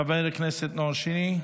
חבר הכנסת נאור שירי,